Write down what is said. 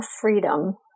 freedom